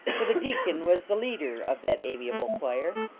for the deacon was the leader of that amiable choir.